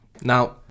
Now